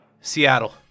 Seattle